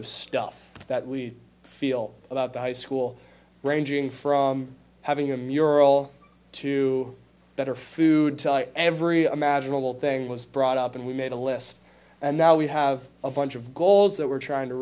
of stuff that we feel about the high school ranging from having a mural to better food every a magical thing was brought up and we made a list and now we have a bunch of goals that we're trying to